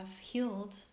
healed